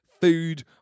food